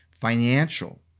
financial